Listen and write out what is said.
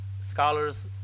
scholars